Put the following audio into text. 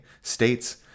states